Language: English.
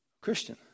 Christian